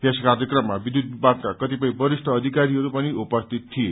यस कायक्रममा विध्यूत विभागका कतिपय बरिष्ट अधिकारीहरू पनि उपस्थित थिए